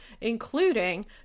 including